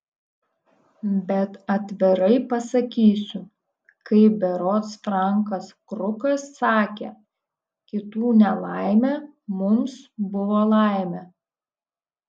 bet atvirai pasakysiu kaip berods frankas krukas sakė kitų nelaimė mums buvo laimė